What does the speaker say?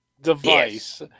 device